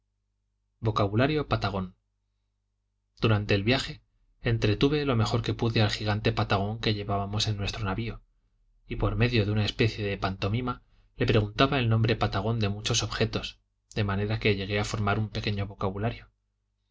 vocabulario patagón durante el viaje entretuve lo mejor que pude al gigante patagón que llevábamos en nuestro navio y por medio de una especie de pantomima le preguntaba el nombre patagón de muchos objetos de manera que llegué a formar un pequeño vocabulario